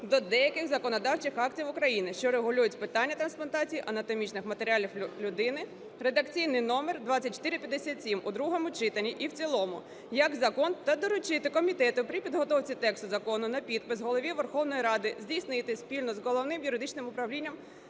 до деяких законодавчих актів України, що регулюють питання трансплантації анатомічних матеріалів людині (реєстраційний номер 2457) у другому читанні і в цілому як закон та доручити комітету при підготовці тексту закону на підпис Голові Верховної Ради здійснити спільно з Головним юридичним управлінням